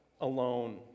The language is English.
alone